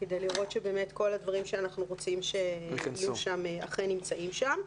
כדי לראות שבאמת כל הדברים שאנחנו רוצים שיהיו שם אכן נמצאים שם.